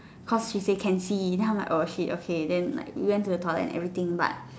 cause he say can see then I'm like err shit then we went to the toilet and everything but